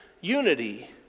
unity